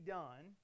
done